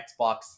Xbox